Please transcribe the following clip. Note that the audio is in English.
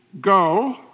go